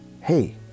Hey